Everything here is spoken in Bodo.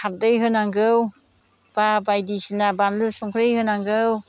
खारदै होनांगौ बा बायदिसिना बानलु संख्रि होनांगौ